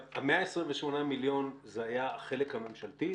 ה-128 מיליון זה היה החלק הממשלתי,